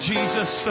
Jesus